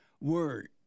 word